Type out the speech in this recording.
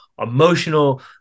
emotional